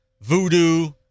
voodoo